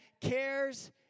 cares